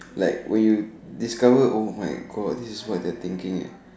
like when you discover oh my God this is what they thinking ya